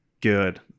good